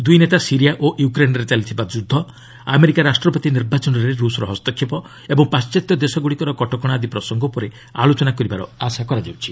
ଦୁଇ ନେତା ସିରିଆ ଓ ୟୁକ୍ରେନ୍ରେ ଚାଲିଥିବା ଯୁଦ୍ଧ ଆମେରିକା ରାଷ୍ଟ୍ରପତି ନିର୍ବାଚନରେ ରୁଷ୍ର ହସ୍ତକ୍ଷେପ ଓ ପାଣ୍ଟାତ୍ୟ ଦେଶଗୁଡ଼ିକର କଟକଶା ଆଦି ପ୍ରସଙ୍ଗ ଉପରେ ଆଲୋଚନା କରିବାର ଆଶା କରାଯାଉଛି